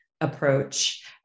approach